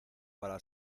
para